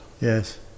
Yes